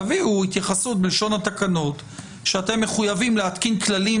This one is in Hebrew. תביאו התייחסות בלשון התקנות שאתם מחויבים להתקין כללים